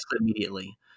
immediately